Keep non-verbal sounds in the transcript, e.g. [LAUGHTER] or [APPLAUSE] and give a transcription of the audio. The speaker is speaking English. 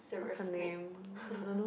Severus Snape [LAUGHS]